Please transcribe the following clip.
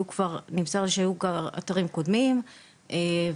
נמסר לי שהיו כמה אתרים קודמים ושבאיזה